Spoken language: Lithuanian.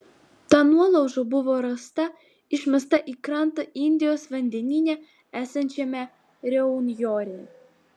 ta nuolauža buvo rasta išmesta į krantą indijos vandenyne esančiame reunjone